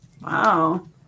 wow